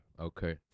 Okay